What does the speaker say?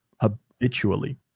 habitually